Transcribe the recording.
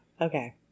okay